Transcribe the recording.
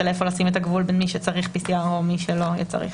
איפה לשים את הגבול לגבי מי צריך בדיקת PCR או מי שלא צריך.